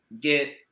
get